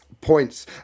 points